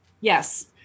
Yes